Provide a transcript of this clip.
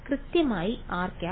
കൃത്യമായി rˆ